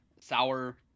sour